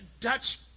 Dutch